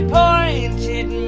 pointed